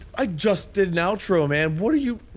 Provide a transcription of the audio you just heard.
i just did an outro, man, what are you?